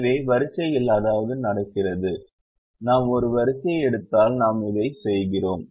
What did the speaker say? எனவே வரிசைகளில் அதுதான் நடக்கிறது நாம் ஒரு வரிசையை எடுத்தால் நாம் இதைச் செய்கிறோம்